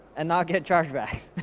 and not get chargebacks.